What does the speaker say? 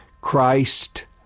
Christ